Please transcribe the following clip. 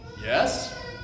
Yes